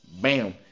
bam